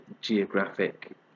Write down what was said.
geographic